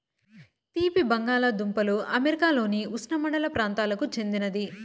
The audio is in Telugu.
తీపి బంగాలదుంపలు అమెరికాలోని ఉష్ణమండల ప్రాంతాలకు చెందినది